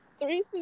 three